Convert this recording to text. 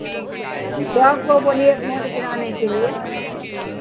सबको बोलिए वोट गिराने के लिए